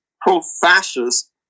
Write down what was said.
pro-fascist